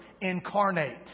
incarnate